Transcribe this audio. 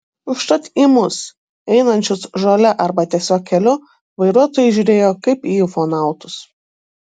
užtat į mus einančius žole arba tiesiog keliu vairuotojai žiūrėjo kaip į ufonautus